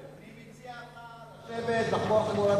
אני מציע לך לשבת, לחגור חגורת